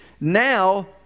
Now